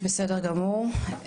בסדר גמור.